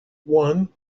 one